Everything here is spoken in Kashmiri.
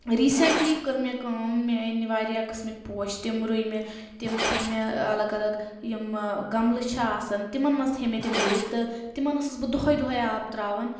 ریٖسٮ۪نٛٹلی کٔر مےٚ کٲم مےٚ أنۍ واریاہ قٕسمٕکۍ پوش تِم رُے مےٚ تِم تھٲے مےٚ الگ الگ یِم گَملہٕ چھِ آسان تِمَن منٛز تھٲے مےٚ تِم رُوِتھ تہٕ تِمَن ٲسٕس بہٕ دۄہے دۄہے آب ترٛاوَان